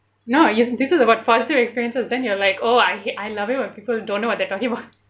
no this is about positive experience then you're like oh I hate I love it when people don't know what they're talking about